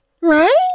Right